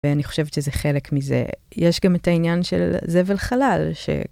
ואני חושבת שזה חלק מזה, יש גם את העניין של זבל חלל ש...